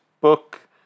book